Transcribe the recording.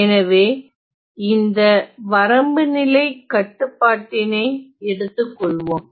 எனவே இந்த வரம்புநிலை கட்டுப்பாட்டினை எடுத்துக்கொள்வோம்